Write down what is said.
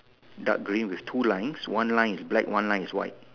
dark green with two lines one line is black one line is white